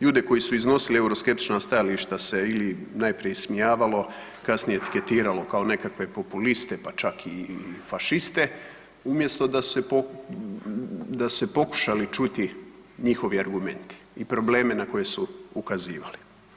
ljude koji su iznosili euroskeptična stajališta se ili najprije ismijavalo, kasnije etiketiralo kao nekakve populiste, pa čak i fašiste umjesto da su se pokušali čuti njihovi argumenti i probleme na koje su ukazivali.